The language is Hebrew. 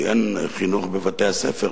כי אין חינוך בבתי-הספר,